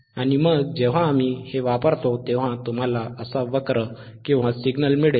आणि मग जेव्हा आम्ही हे वापरतो तेव्हा तुम्हाला असा वक्र किंवा सिग्नल मिळेल